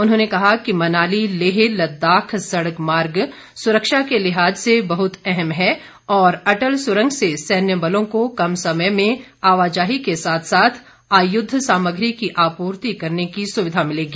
उन्होंने कहा कि मनाली लेह लददाख सड़क मार्ग सुरक्षा के लिहाज से बहत अहम है और अटल सुरंग से सैन्य बलों को कम समय में आवाजाही के साथ साथ आयुद्ध सामग्री की आपूर्ति करने की सुविधा मिलेगी